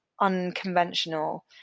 unconventional